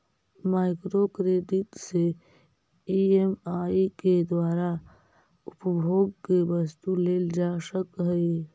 micro credit EMI ई.एम.आई के द्वारा उपभोग के वस्तु लेल जा सकऽ हई